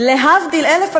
ענינו לך.